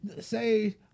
say